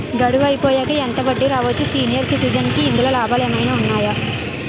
గడువు అయిపోయాక ఎంత వడ్డీ రావచ్చు? సీనియర్ సిటిజెన్ కి ఇందులో లాభాలు ఏమైనా ఉన్నాయా?